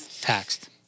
taxed